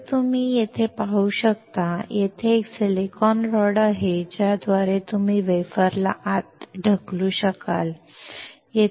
जसे तुम्ही येथे पाहू शकता तेथे एक सिलिकॉन रॉड आहे ज्याद्वारे तुम्ही वेफरला आत ढकलू शकता